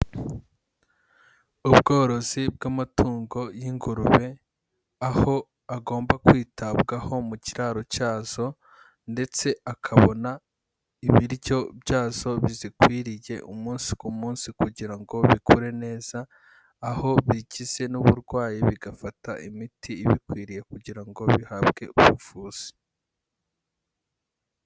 Ubworozi bw'amatungo y'ingurube aho agomba kwitabwaho mu kiraro cyazo ndetse akabona ibiryo byazo bizikwiriye umunsi ku munsi kugira ngo bikure neza, aho bigize n'uburwayi bigafata imiti ibikwiriye kugira ngo bihabwe ubuvuzi.